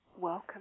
welcome